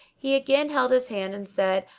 he again held his hand and said,